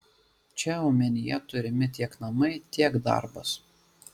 čia omenyje turimi tiek namai tiek darbas